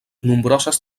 nombroses